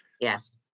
Yes